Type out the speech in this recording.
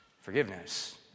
forgiveness